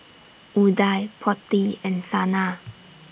Udai Potti and Sanal